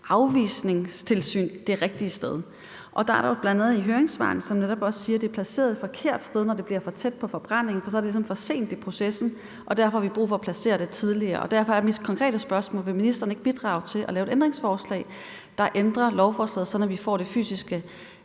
afvisningstilsyn det rigtige sted. Der står bl.a. også i høringssvarene, at det er placeret et forkert sted, når det bliver for tæt på forbrændingen, for så er det ligesom for sent i processen, og derfor har vi brug for at placere det tidligere i processen. Derfor er mit konkrete spørgsmål: Vil ministeren ikke bidrage til at lave et ændringsforslag, der ændrer lovforslaget, sådan at vi får den fysiske